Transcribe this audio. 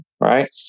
right